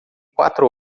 quatro